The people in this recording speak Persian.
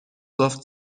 گفت